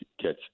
catch